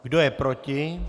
Kdo je proti?